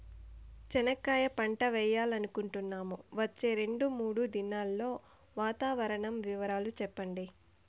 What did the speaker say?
చెనక్కాయ పంట వేయాలనుకుంటున్నాము, వచ్చే రెండు, మూడు దినాల్లో వాతావరణం వివరాలు చెప్పండి?